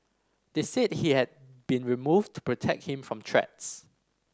they said he had been removed to protect him from threats